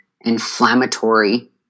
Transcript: inflammatory